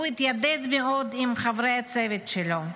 הוא התיידד מאוד עם חברי הצוות שלו,